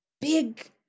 big